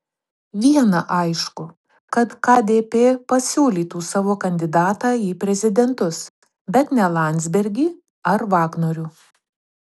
viena aišku kad kdp pasiūlytų savo kandidatą į prezidentus bet ne landsbergį ar vagnorių